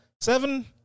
seven